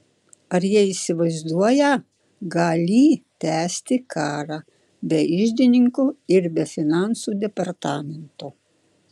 ar jie įsivaizduoją galį tęsti karą be iždininko ir be finansų departamento